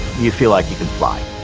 you feel like you can fly.